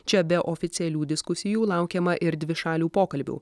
čia be oficialių diskusijų laukiama ir dvišalių pokalbių